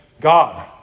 God